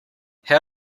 how